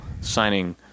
signing